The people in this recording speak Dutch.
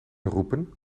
roepen